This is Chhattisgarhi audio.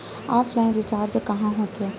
ऑफलाइन रिचार्ज कहां होथे?